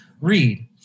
read